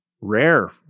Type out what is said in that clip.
Rare